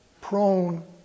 prone